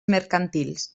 mercantils